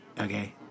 Okay